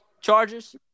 Chargers